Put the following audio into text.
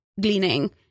gleaning